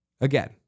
Again